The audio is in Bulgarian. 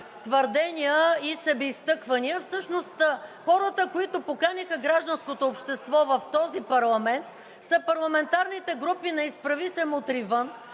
твърдения и себеизтъквания. Всъщност хората, които поканиха гражданското общество в този парламент, са парламентарните групи на „Изправи се! Мутри вън!“